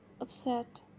upset